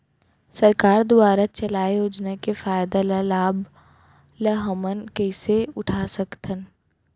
सरकार दुवारा चलाये योजना के फायदा ल लाभ ल हमन कइसे उठा सकथन?